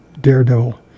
Daredevil